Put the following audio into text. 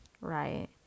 right